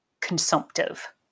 consumptive